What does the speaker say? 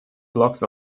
blocks